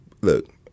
look